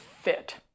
fit